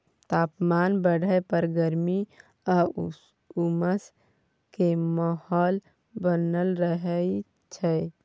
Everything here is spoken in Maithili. तापमान बढ़य पर गर्मी आ उमस के माहौल बनल रहय छइ